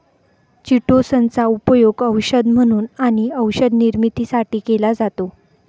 chitosan चा उपयोग औषध म्हणून आणि औषध निर्मितीसाठी केला जातो